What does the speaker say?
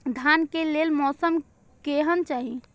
धान के लेल मौसम केहन चाहि?